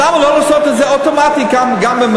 אז למה לא לעשות את זה אוטומטית גם בממשלתיים?